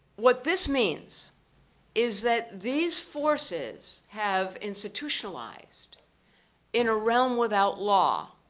what this means is that these forces have institutionalized in a realm without law.